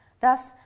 Thus